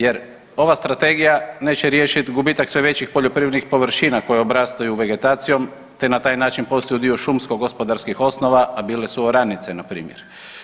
Jer ova strategija neće riješiti gubitak sve većih poljoprivrednih površina koje obrastaju vegetacijom, te na taj način postaju dio šumsko-gospodarskih osnova, a bile su oranice na primjer.